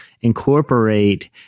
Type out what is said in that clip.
incorporate